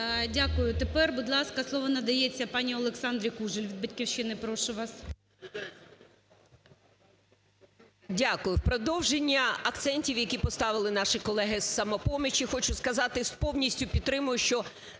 Дякую. Тепер, будь ласка, слово надається пані Олександрі Кужель від "Батьківщини", прошу вас.